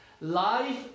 Life